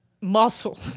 muscle